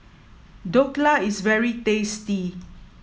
Dhokla is very tasty